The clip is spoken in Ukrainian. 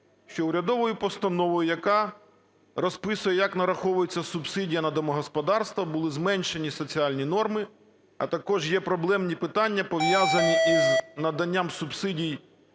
що урядовою постановою, яка розписує, як нараховується субсидія на домогосподарства, були зменшені соціальні норми, а також є проблемні питання, пов'язані із наданням субсидій